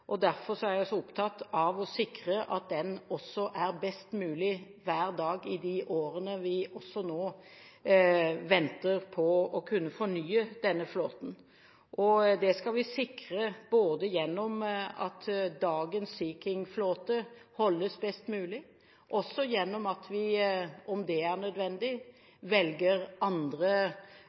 er jeg så opptatt av å sikre at den også er best mulig hver dag i de årene vi nå venter på å fornye denne flåten. Det skal vi sikre både gjennom at dagens Sea King-flåte holdes best mulig, og gjennom at vi – om det er nødvendig – velger andre